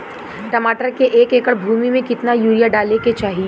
टमाटर के एक एकड़ भूमि मे कितना यूरिया डाले के चाही?